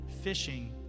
fishing